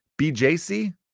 BJC